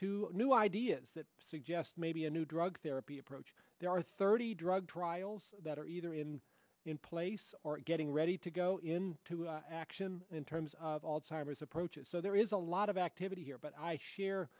to new ideas that suggest maybe a new drug therapy approach there are thirty drug trials that are either in in place or getting ready to go into action in terms of all timers approaches so there is a lot of activity here but i